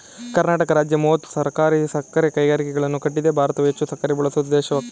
ಕರ್ನಾಟಕ ರಾಜ್ಯ ಮೂವತ್ತು ಸಹಕಾರಿ ಸಕ್ಕರೆ ಕಾರ್ಖಾನೆಗಳನ್ನು ಕಟ್ಟಿದೆ ಭಾರತವು ಹೆಚ್ಚು ಸಕ್ಕರೆ ಬಳಸೋ ದೇಶವಾಗಯ್ತೆ